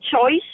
choice